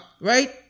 Right